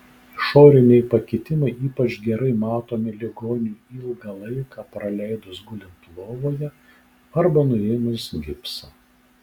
išoriniai pakitimai ypač gerai matomi ligoniui ilgą laiką praleidus gulint lovoje arba nuėmus gipsą